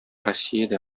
россиядә